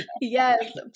Yes